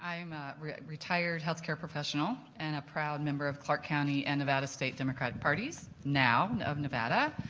i'm a retired healthcare professional and a proud member of clark county and nevada state the credit parties now of nevada.